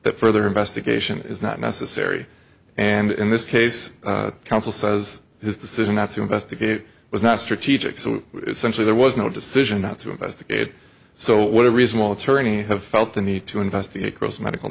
that further investigation is not necessary and in this case counsel says his decision not to investigate was not strategic so essentially there was no decision not to investigate so what a reasonable attorney have felt the need to